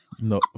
No